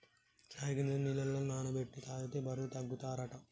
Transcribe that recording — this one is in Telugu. చై గింజలు నీళ్లల నాన బెట్టి తాగితే బరువు తగ్గుతారట